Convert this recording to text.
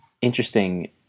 Interesting